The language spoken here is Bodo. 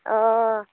अ